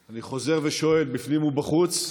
אני חוזר ושואל, בפנים או בחוץ.